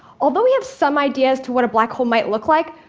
although we have some idea as to what a black hole might look like,